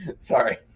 Sorry